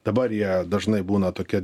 dabar jie dažnai būna tokie